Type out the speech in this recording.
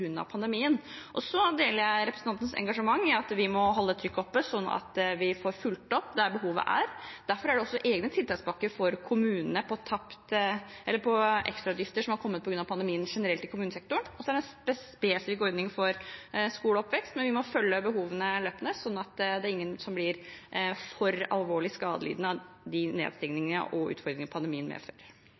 pandemien. Så deler jeg representantens engasjement i at vi må holde trykket oppe, sånn at vi får fulgt opp der behovet er. Derfor er det også egne tiltakspakker for kommunene for ekstrautgifter som har kommet på grunn av pandemien generelt i kommunesektoren, og så er det en spesifikk ordning for skole og oppvekst. Vi må følge behovene løpende, sånn at ingen blir for alvorlig skadelidende av de nedstengningene og utfordringene pandemien medfører.